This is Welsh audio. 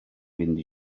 fynd